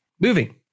moving